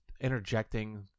interjecting